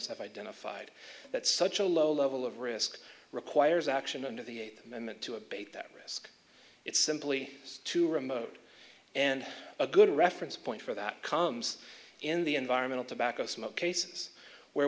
identified that such a low level of risk requires action under the eighth amendment to abate that risk it's simply too remote and a good reference point for that comes in the environmental tobacco smoke cases where